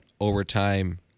overtime